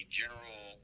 general